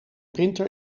printer